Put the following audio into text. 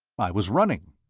i was running.